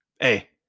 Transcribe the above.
Hey